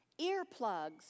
Earplugs